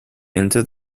into